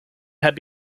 had